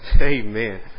Amen